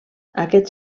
aquests